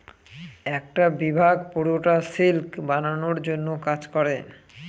একটা বিভাগ পুরোটা সিল্ক বানানোর জন্য কাজ করে